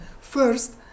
first